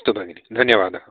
अस्तु भगिनी धन्यवादः